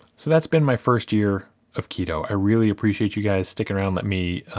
so that's been my first year of keto. i really appreciate you guys sticking around let me.